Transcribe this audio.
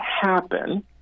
happen